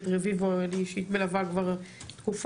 את רביבו אני אישית מלווה כבר תקופה,